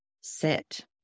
sit